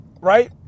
Right